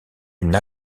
une